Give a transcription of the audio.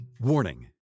Warning